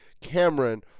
Cameron